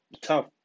tough